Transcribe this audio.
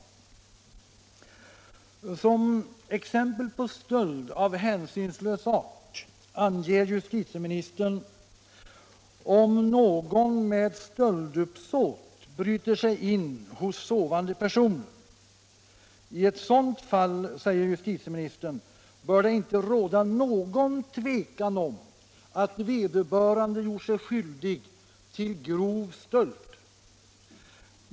Ändring i brottsbal Såsom exempel på stöld av hänsynslös art anger justitieministern om ken någon med stölduppsåt bryter sig in hos sovande personer. I ett sådant fall, säger justitieministern, bör det inte råda någon tvekan om att vederbörande har gjort sig skyldig till grov stöld.